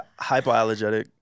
hypoallergenic